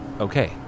Okay